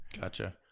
Gotcha